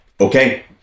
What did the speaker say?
okay